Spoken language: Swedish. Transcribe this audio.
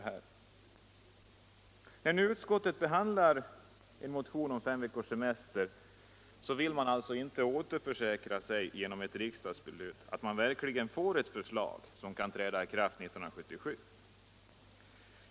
När nu utskottet behandlat motionen om fem veckors semester har man där alltså inte genom ett riksdagsbeslut velat återförsäkra sig om att man verkligen får förslag till en sådan lag, som kan träda i kraft 1977.